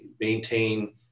maintain